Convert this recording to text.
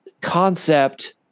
concept